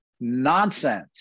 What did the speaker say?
nonsense